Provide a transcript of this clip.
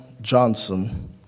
Johnson